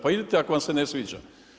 Pa idite ako vam se ne sviđa.